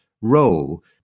role